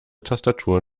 tastatur